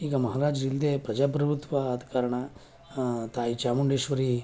ಈಗ ಮಹಾರಾಜರಿಲ್ದೆ ಪ್ರಜಾಪ್ರಭುತ್ವ ಆದ ಕಾರಣ ತಾಯಿ ಚಾಮುಂಡೇಶ್ವರಿ